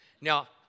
Now